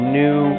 new